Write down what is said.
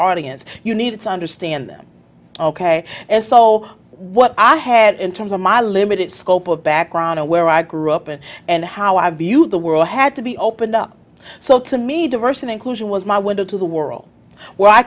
audience you needed to understand them ok and so what i had in terms of my limited scope of background where i grew up in and how i viewed the world had to be opened up so to me diverse and inclusion was my window to the world where i